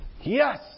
Yes